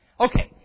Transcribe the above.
Okay